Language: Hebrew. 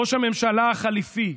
ראש הממשלה החליפי,